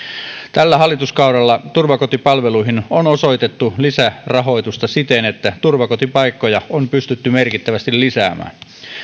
tällä hallituskaudella turvakotipalveluihin on osoitettu lisärahoitusta siten että turvakotipaikkoja on pystytty merkittävästi lisäämään